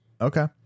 Okay